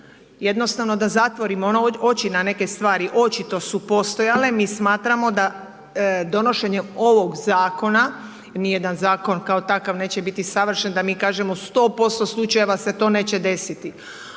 jednostavno da zatvorimo oči na neke stvari, očito su postojale, mi smatramo da donošenje ovog zakona, nijedan zakon kao takav neće biti savršen da mi kažemo u 100% slučajeva se to neće desiti,